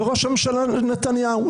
וראש הממשלה נתניהו.